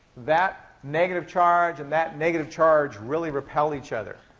that negative charge and that negative charge really repel each other.